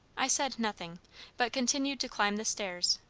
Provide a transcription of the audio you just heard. i said nothing but continued to climb the stairs,